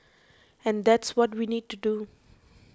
and that's what we need to do